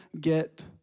get